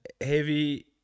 heavy